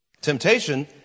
Temptation